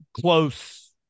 close